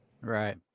Right